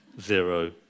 zero